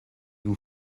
vous